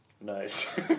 Nice